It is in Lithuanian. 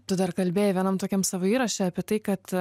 tu dar kalbėjai vienam tokiam savo įraše apie tai kad